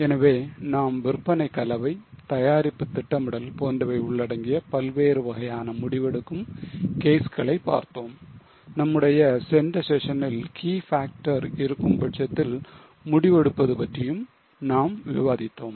எனவே நாம் விற்பனை கலவை தயாரிப்பு திட்டமிடல் போன்றவை உள்ளடங்கிய பல்வேறு வகையான முடிவெடுக்கும் கேஸ்களை பார்த்தோம் நம்முடைய சென்ற செஷனில் key factor இருக்கும் பட்சத்தில் முடிவெடுப்பது பற்றியும் நாம் விவாதித்தோம்